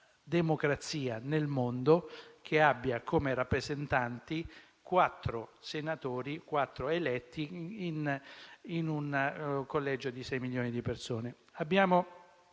democrazia nel mondo che abbia come rappresentanti quattro senatori eletti in un collegio di sei milioni di persone.